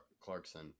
clarkson